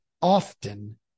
often